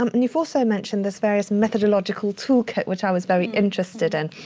um and you've also mentioned this various methodological tool kit which i was very interested in.